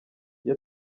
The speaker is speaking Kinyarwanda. iyo